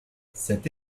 cette